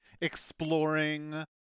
exploring